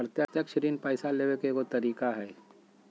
प्रत्यक्ष ऋण पैसा लेबे के एगो तरीका हइ